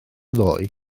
ddoe